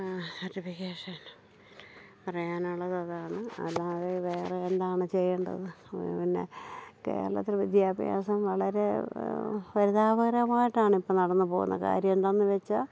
certification പറയാനുള്ളത് അതാണ് അത് വേറെ എന്താണ് ചെയ്യേണ്ടത് പിന്നെ കേരളത്തിൽ വിദ്യാഭ്യാസം വളരെ പരിതാപരമായിട്ടാണ് ഇപ്പം നടന്നു പോകുന്ന കാര്യം എന്താണെന്ന് വച്ചാൽ